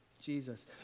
Jesus